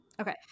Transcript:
Okay